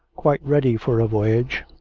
quite ready for a voyage,